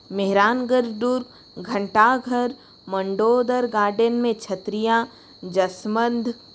मेहरानगढ़ दुर्ग घंटाघर मंडोर गार्डन में छतरियाँ जसमंद